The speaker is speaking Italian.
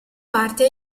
parte